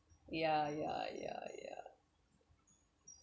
ya ya ya ya